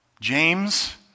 James